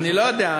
אני לא יודע,